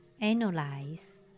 analyze